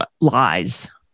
lies